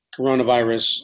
coronavirus